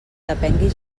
depengui